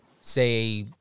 say